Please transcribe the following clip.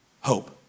hope